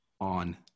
on